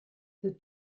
the